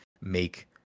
make